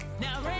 Now